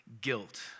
Guilt